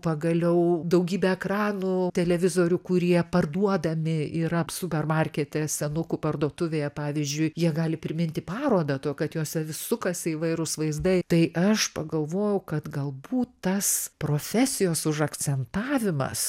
pagaliau daugybę ekranų televizorių kurie parduodami yra supermarkete senukų parduotuvėje pavyzdžiui jie gali priminti parodą tuo kad juose vis sukasi įvairūs vaizdai tai aš pagalvojau kad galbūt tas profesijos užakcentavimas